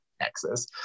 Texas